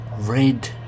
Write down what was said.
Red